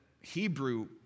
Hebrew